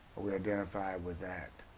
we identified with that.